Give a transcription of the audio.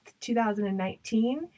2019